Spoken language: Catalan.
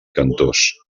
cantors